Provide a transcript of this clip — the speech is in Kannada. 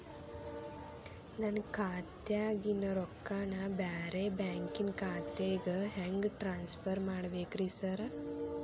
ನನ್ನ ಖಾತ್ಯಾಗಿನ ರೊಕ್ಕಾನ ಬ್ಯಾರೆ ಬ್ಯಾಂಕಿನ ಖಾತೆಗೆ ಹೆಂಗ್ ಟ್ರಾನ್ಸ್ ಪರ್ ಮಾಡ್ಬೇಕ್ರಿ ಸಾರ್?